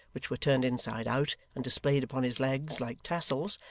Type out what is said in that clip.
which were turned inside out and displayed upon his legs, like tassels,